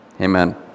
Amen